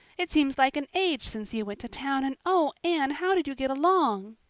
it seems like an age since you went to town and oh, anne, how did you get along?